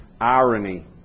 irony